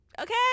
okay